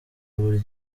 buri